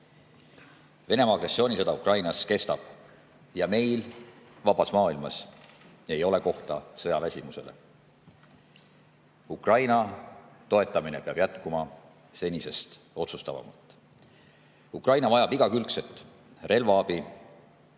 Venemaa agressioonisõda Ukrainas kestab ja meil vabas maailmas ei ole kohta sõjaväsimusele. Ukraina toetamine peab jätkuma senisest otsustavamalt. Ukraina vajab igakülgset relvaabi ja me